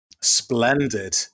Splendid